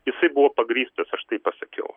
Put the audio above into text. jisai buvo pagrįstas aš taip pasakiau